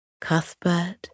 Cuthbert